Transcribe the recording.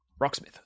Rocksmith